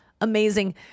amazing